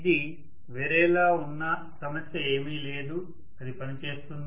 ఇది వేరేలా ఉన్నా సమస్య ఏమీ లేదు అది పనిచేస్తుంది